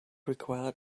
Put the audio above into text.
required